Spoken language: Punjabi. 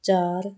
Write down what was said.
ਚਾਰ